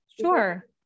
Sure